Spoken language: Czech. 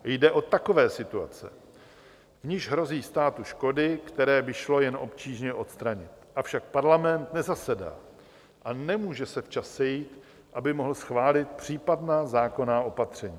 Jde o takové situace, v nichž hrozí státu škody, které by šlo jen obtížně odstranit, avšak parlament nezasedá a nemůže se včas sejít, aby mohl schválit případná zákonná opatření.